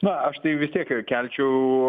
na aš tai vis tiek ir kelčiau